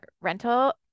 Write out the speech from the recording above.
rental